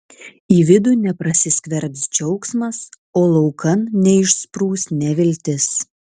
į vidų neprasiskverbs džiaugsmas o laukan neišsprūs neviltis